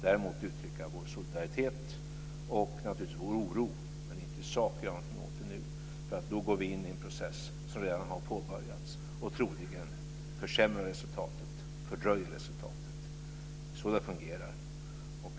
Däremot kunde vi uttrycka vår solidaritet och naturligtvis vår oro, men vi kunde inte i sak göra någonting åt den nu. Då skulle vi gå in i en process som redan har påbörjats och troligen försämra och fördröja resultatet. Det är så det fungerar.